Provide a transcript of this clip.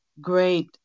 great